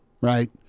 Right